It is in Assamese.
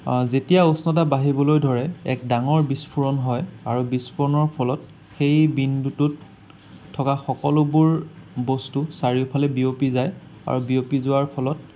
যেতিয়া উষ্ণতা বাঢ়িবলৈ ধৰে এক ডাঙৰ বিস্ফোৰণ হয় আৰু বিস্ফোৰণৰ ফলত সেই বিন্দুটোত থকা সকলোবোৰ বস্তু চাৰিওফালে বিয়পি যায় আৰু বিয়পি যোৱাৰ ফলত